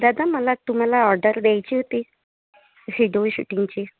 दादा मला तुम्हाला ऑर्डर द्यायची होती व्हिडिओ शूटिंगची